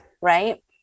Right